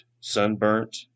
sunburnt